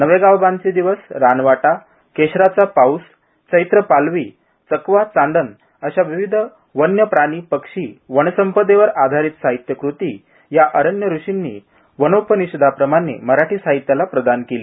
नवेगावबांधचे दिवस रानवाटा केशराचा पाऊस चैत्रपालवी चकवाचांदण अशा विविध वन्यप्राणि पक्षी वनसंपदेवर आधारित साहित्यकृती या अरण्यऋषींनी वनोपनिषादांप्रमाणे मराठी साहीत्याला प्रदान केली